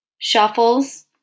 shuffles